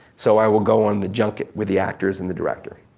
so i will go on the junket with the actors and the director.